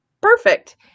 perfect